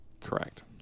correct